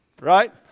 right